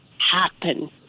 happen